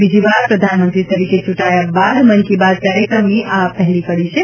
બીજીવાર પ્રધાનમંત્રી તરીકે ચુંટાયા બાદ મન કી બાત કાર્યક્રમની આ પહેલી કડી છે